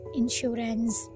insurance